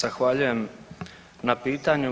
Zahvaljujem na pitanju.